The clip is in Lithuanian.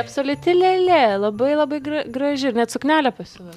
absoliuti lėlė labai labai graži graži ir net suknelę pasiuvot